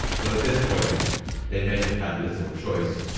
but at this point they may have had little choice.